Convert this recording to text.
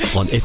on